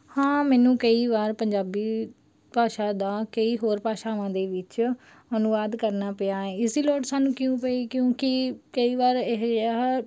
ਹਾਂ ਮੈਨੂੰ ਕਈ ਵਾਰ ਪੰਜਾਬੀ ਭਾਸ਼ਾ ਦਾ ਕਈ ਹੋਰ ਭਾਸ਼ਾਵਾਂ ਦੇ ਵਿੱਚ ਅਨੁਵਾਦ ਕਰਨਾ ਪਿਆ ਇਸ ਦੀ ਲੋੜ ਸਾਨੂੰ ਕਿਉਂ ਪਈ ਕਿਉਂਕਿ ਕਈ ਵਾਰ ਇਹ ਆ